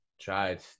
tried